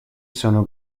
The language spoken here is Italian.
sono